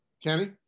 Kenny